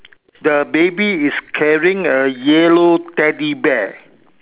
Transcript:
the baby is carrying a yellow Teddy bear